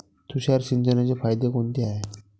तुषार सिंचनाचे फायदे कोनचे हाये?